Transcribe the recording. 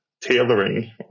tailoring